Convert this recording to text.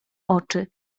oczy